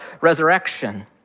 resurrection